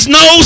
no